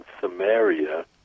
Samaria